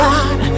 God